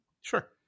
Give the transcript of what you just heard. Sure